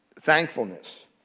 thankfulness